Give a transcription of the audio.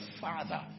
Father